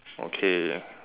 okay